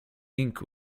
ink